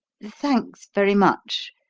thanks very much,